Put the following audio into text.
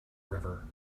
river